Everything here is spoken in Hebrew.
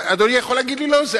אדוני יכול להגיד לי "לא זה",